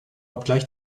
obgleich